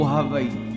Hawaii